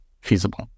feasible